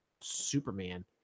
Superman